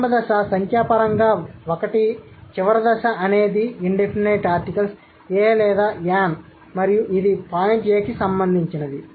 ప్రారంభ దశ సంఖ్యాపరంగా ఒకటి చివరి దశ అనేది ఇన్ డెఫినిట్ ఆర్టికల్స్ a లేదా an మరియు ఇది పాయింట్ A కి సంబంధించినది